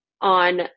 on